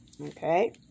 Okay